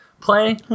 play